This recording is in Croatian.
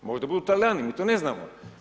Možda budu Talijani, mi to ne znamo.